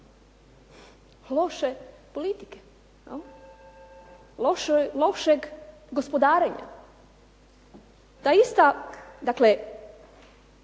loše politike, lošeg gospodarenja. Ta ista